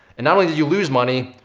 and not only did you lose money.